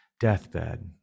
deathbed